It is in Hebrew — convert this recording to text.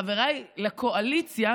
חבריי לקואליציה,